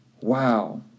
Wow